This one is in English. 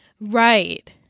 Right